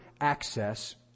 access